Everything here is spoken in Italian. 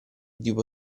tipo